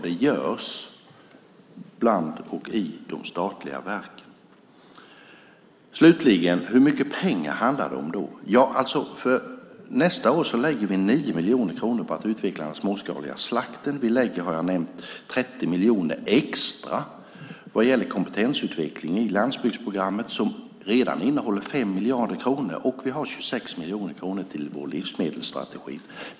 Det gör man också i de statliga verken. Hur mycket pengar handlar det om? För nästa år lägger vi 9 miljoner kronor på att utveckla den småskaliga slakten. Vi lägger 30 miljoner extra på kompetensutveckling i landsbygdsprogrammet som redan innehåller 5 miljarder kronor. Vi har 26 miljoner kronor till vår livsmedelsstrategi.